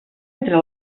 entre